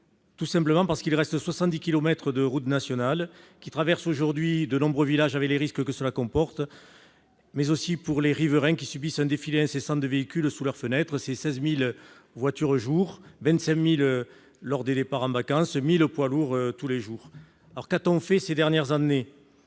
Tout simplement parce qu'il reste 70 kilomètres de route nationale qui traversent de nombreux villages, avec les risques que cela comporte. Les riverains subissent un défilé incessant de véhicules sous leurs fenêtres : 16 000 voitures- 25 000 lors des départs en vacances -et 1 000 poids lourds tous les jours. Qu'a-t-on fait ces dernières années ?